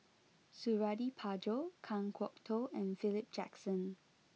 Suradi Parjo Kan Kwok Toh and Philip Jackson